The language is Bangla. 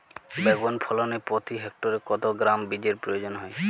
বেগুন ফলনে প্রতি হেক্টরে কত গ্রাম বীজের প্রয়োজন হয়?